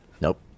nope